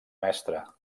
mestra